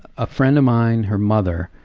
a friend of mine, her mother,